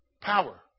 Power